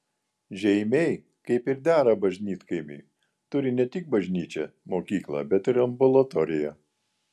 žeimiai kaip ir dera bažnytkaimiui turi ne tik bažnyčią mokyklą bet ir ambulatoriją